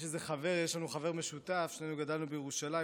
יש לנו חבר משותף, שנינו גדלנו בירושלים.